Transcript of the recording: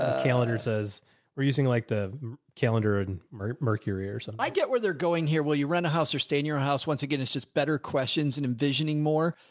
ah calendar says we're using like the calendar and mercury ears i get where they're going here. will you rent a house or stay in your house once again, it's just better questions and envisioning more.